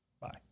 Bye